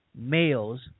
males